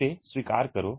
इसे स्वीकार करो